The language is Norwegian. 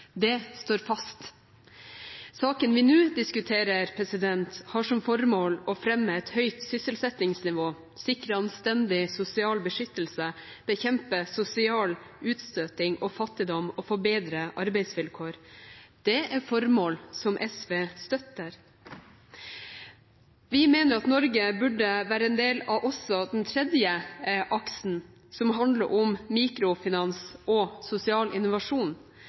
Det står fast. Saken vi nå diskuterer, har som formål å fremme et høyt sysselsettingsnivå, sikre anstendig sosial beskyttelse, bekjempe sosial utstøting og fattigdom og forbedre arbeidsvilkår. Det er formål som SV støtter. Vi mener at Norge burde være en del av også den tredje aksen, som handler om mikrofinans og sosial innovasjon.